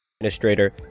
Administrator